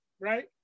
right